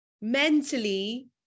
mentally